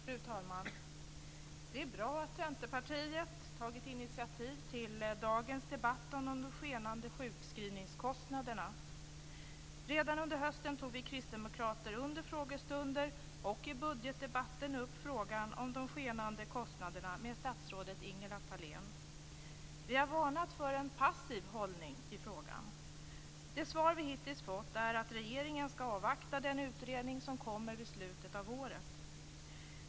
Fru talman! Det är bra att Centerpartiet har tagit initiativ till dagens debatt om de skenande sjukskrivningskostnaderna. Redan under hösten tog vi kristdemokrater under frågestunder och i budgetdebatten upp frågan om de skenande kostnaderna med statsrådet Ingela Thalén. Vi har varnat för en passiv hållning i frågan. Det svar vi hittills fått är att regeringen ska avvakta den utredning som kommer vid slutet av året.